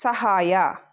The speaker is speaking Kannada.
ಸಹಾಯ